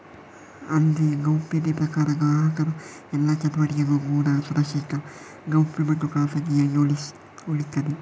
ಅಂದ್ರೆ ಗೌಪ್ಯತೆ ಪ್ರಕಾರ ಗ್ರಾಹಕರ ಎಲ್ಲಾ ಚಟುವಟಿಕೆಗಳು ಕೂಡಾ ಸುರಕ್ಷಿತ, ಗೌಪ್ಯ ಮತ್ತು ಖಾಸಗಿಯಾಗಿ ಉಳೀತದೆ